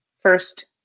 first